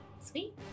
Sweet